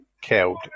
killed